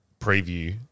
preview